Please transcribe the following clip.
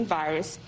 virus